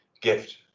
gift